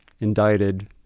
indicted